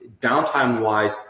downtime-wise